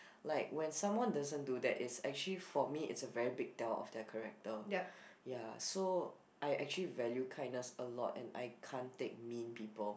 like when someone doesn't do that it's actually for me it's a very big tell of their character ya so I actually value kindness a lot and I can't take mean people